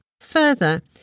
Further